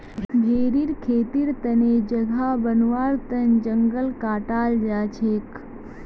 भेरीर खेतीर तने जगह बनव्वार तन जंगलक काटाल जा छेक